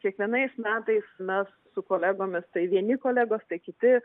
kiekvienais metais mes su kolegomis tai vieni kolegos tai kiti